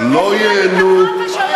מה היית עושה בפרגוסון?